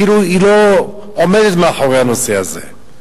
כאילו היא לא עומדת מאחורי הנושא הזה.